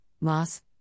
moss